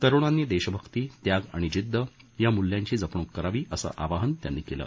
तरुणांनी देशभक्ती त्याग आणि जिद्द या मूल्यांची जपणूक करावी असं आवाहन त्यांनी केलं